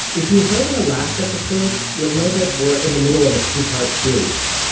if you heard our last episode, you'll know that we're in the middle of a two part series,